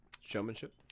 showmanship